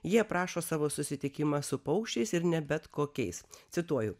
ji aprašo savo susitikimą su paukščiais ir ne bet kokiais cituoju